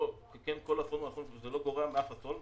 כל אסון הוא אסון וזה לא גורע מאף אסון,